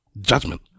Judgment